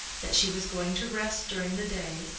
that she was going to rest during the day,